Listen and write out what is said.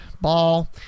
ball